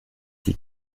die